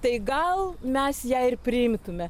tai gal mes ją ir priimtume